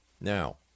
Now